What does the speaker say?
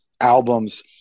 albums